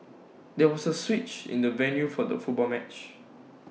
there was A switch in the venue for the football match